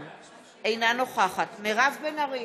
אינה נוכחת מירב בן ארי,